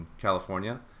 California